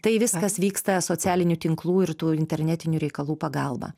tai viskas vyksta socialinių tinklų ir tų internetinių reikalų pagalba